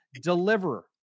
deliverer